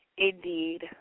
Indeed